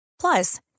Plus